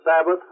Sabbath